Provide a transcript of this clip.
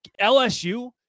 LSU